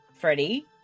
Freddie